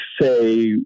say